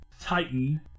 Titan